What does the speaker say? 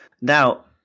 Now